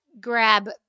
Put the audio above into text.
grab